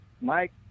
Mike